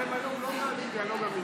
אתם היום לא מקיימים דיאלוג אמיתי.